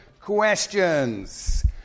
questions